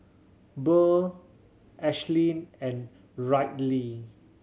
Burr Ashlynn and Ryley